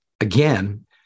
Again